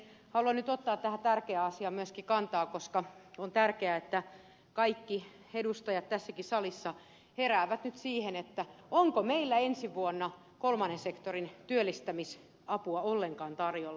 haluan nyt ottaa tähän tärkeään asiaan myöskin kantaa koska on tärkeää että kaikki edustajat tässäkin salissa heräävät nyt siihen onko meillä ensi vuonna kolmannen sektorin työllistämisapua ollenkaan tarjolla